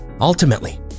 Ultimately